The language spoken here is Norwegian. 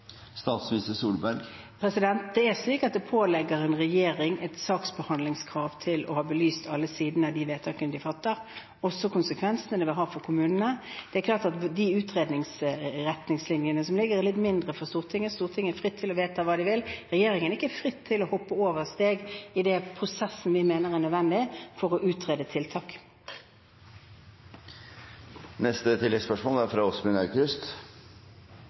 Det påligger en regjering et saksbehandlingskrav om å ha belyst alle sidene av de vedtakene den fatter, også konsekvensene det vil ha for kommunene. Det er klart at de utredningsretningslinjene som foreligger, er litt mindre for Stortinget, og Stortinget står fritt til å vedta hva de vil. Regjeringen står ikke fritt til å hoppe over steg i den prosessen vi mener er nødvendig for å utrede tiltak.